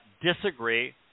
disagree